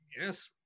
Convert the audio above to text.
yes